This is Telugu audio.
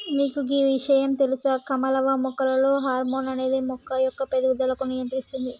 మీకు గీ ఇషయాం తెలుస కమలవ్వ మొక్కలలో హార్మోన్ అనేది మొక్క యొక్క పేరుగుదలకు నియంత్రిస్తుంది